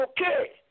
okay